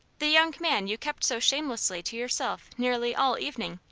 the young man you kept so shamelessly to yourself nearly all evening.